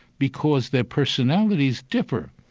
because their personalities differ.